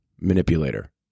manipulator